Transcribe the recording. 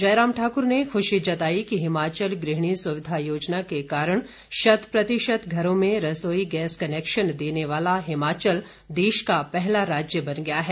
जयराम ठाकुर ने खुशी जताई कि हिमाचल गृहिणी सुविधा योजना के कारण शत प्रतिशत घरों में रसोई गैस कनैक्शन देने वाला हिमाचल देश का पहला राज्य बन गया है